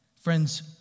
Friends